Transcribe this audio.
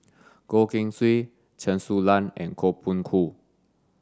Goh Keng Swee Chen Su Lan and Koh Poh Koon